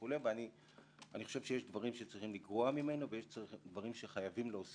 אני חושב שיש דברים שחייבים לגרוע ממנו,